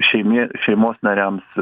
šeimė šeimos nariams